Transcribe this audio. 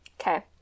Okay